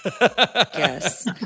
Yes